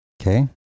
Okay